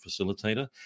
facilitator